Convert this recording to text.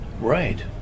right